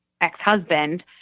ex-husband